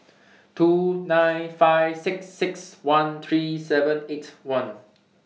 two nine five six six one three seven eight one